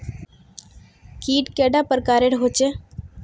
कीट कैडा पर प्रकारेर होचे?